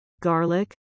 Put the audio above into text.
garlic